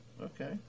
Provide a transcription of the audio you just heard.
Okay